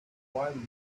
wildly